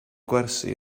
gwersi